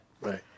Right